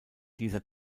dieser